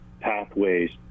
pathways